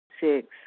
Six